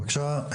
בבקשה,